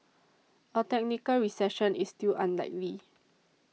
a technical recession is still unlikely